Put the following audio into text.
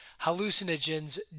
Hallucinogens